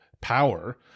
power